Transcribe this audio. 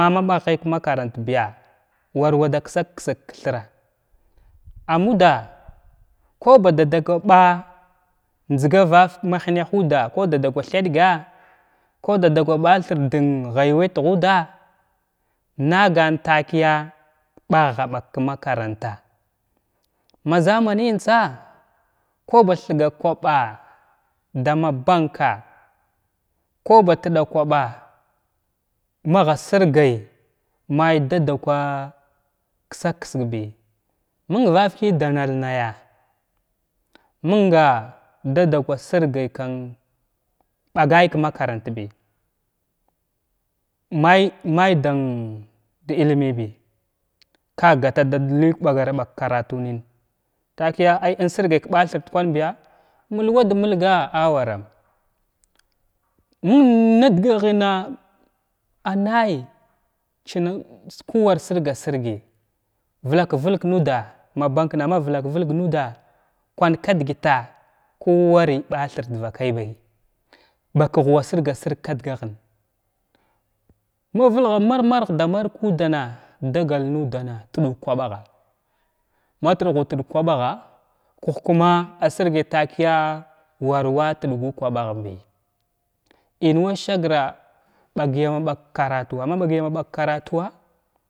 Ma ɓaghay ka makarantiya war wa da ksak ksəkga kthira ammuda ku badada kwa njzga vavaki ma hənha udda ku dada kwa thədga ku dada kwa ɓathir dən ghya wətgha udda nagan takəya ɓaghaɓag ka makaranta ma zamanəyintsa ku ba thiga kwaɓa dama banka ku ba tɗa kwaɓa magha sirgay may dada kwa ksag ksəgbi məng vavaki dand nay mənga dada kwa sirga kwan ɓagay ka makarantbi may may dən da ilmibi ka gata dad ləy ɓagraɓag ka karatunən takəya ay insirgay ka ɓathir dkwanbiya mulwad mulgwa awaram məng na daghəna anay ching ku war sirga-sirgay vlak vəlg nuda ma bankna ma vlak vəlg nuda kwan ki dəgətha ku warəy ɓathir dvakaybi bakah wa sirga-sirg ka daga hən nlay vəlghay ma mar-mar marg dana marg ku dana dagal nudana tɗuu kwaɓagha mat tghu təg kwɓagha kəh kum asirgay kəya takəya war wa təggu kwaɓahənbi inwa səgra ɓagyama ɓag karatuwa maɓag yama ɓag karatuwa.